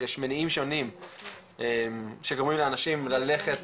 יש מניעים שונים שגורמים לאנשים ללכת